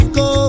go